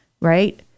right